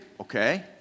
Okay